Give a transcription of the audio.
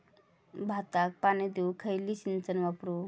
भाताक पाणी देऊक खयली सिंचन वापरू?